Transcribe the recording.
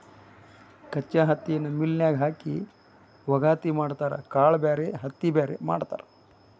ಕಚ್ಚಾ ಹತ್ತಿನ ಮಿಲ್ ನ್ಯಾಗ ಹಾಕಿ ವಗಾತಿ ಮಾಡತಾರ ಕಾಳ ಬ್ಯಾರೆ ಹತ್ತಿ ಬ್ಯಾರೆ ಮಾಡ್ತಾರ